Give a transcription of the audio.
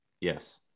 yes